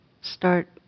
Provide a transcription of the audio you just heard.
start